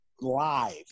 live